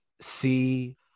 see